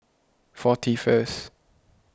forty first